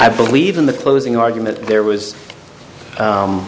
i believe in the closing argument there was